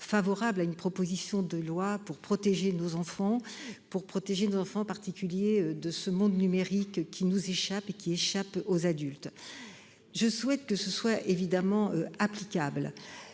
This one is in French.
favorable à une proposition de loi pour protéger nos enfants, pour protéger nos enfants, en particulier de ce monde numérique qui nous échappe et qui échappe aux adultes. Je souhaite que ce soit évidemment applicable